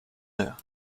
meer